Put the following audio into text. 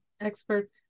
expert